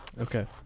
Okay